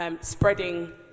spreading